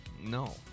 no